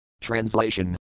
Translation